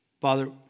Father